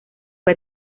fue